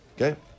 Okay